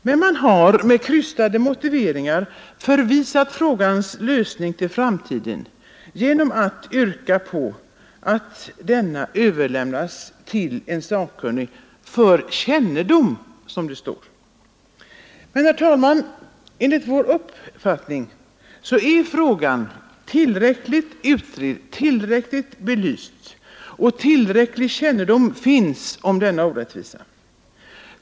Men man har med krystade motiveringar förvisat frågans lösning till framtiden genom att yrka att motionen överlämnas till en sakkunnig ”för kännedom”, som det står. Men, herr talman, enligt vår uppfattning är frågan tillräckligt utredd, tillräckligt belyst och tillräcklig kännedom finns om denna orättvisa.